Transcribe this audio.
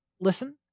listen